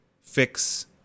fix